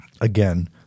Again